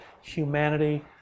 humanity